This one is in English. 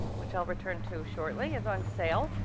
which i'll return to shortly is on sale.